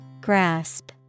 Grasp